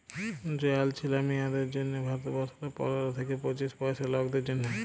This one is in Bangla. জয়াল ছিলা মিঁয়াদের জ্যনহে ভারতবর্ষলে পলের থ্যাইকে পঁচিশ বয়েসের লকদের জ্যনহে